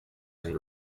and